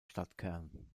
stadtkern